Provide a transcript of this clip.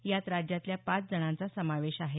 यात राज्यातल्या पाच जणांचा समावेश आहे